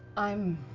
i'm